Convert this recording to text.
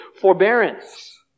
forbearance